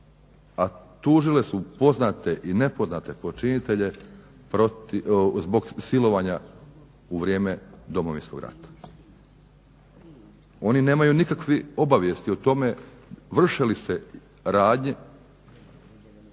a tužile su poznate i nepoznate počinitelj zbog silovanja u vrijeme Domovinskog rata. One nemaju nikakve obavijesti o tome vrše li se radnje